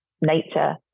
nature